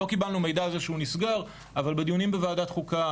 לא קיבלנו מידע על זה שהוא נסגר אבל בדיונים בוועדת החוקה,